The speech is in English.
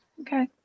Okay